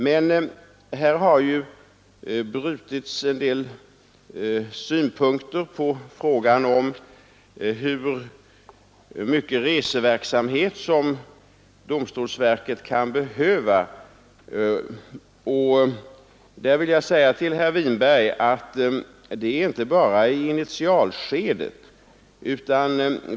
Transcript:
Men här har ju brutits en del synpunkter på frågan om hur mycket reseverksamhet som domstolsverket kan komma att behöva, och härvidlag vill jag säga till herr Winberg att det inte bara gäller initialskedet.